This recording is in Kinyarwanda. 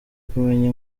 kumenya